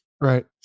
Right